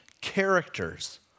characters